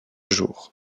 jours